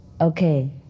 okay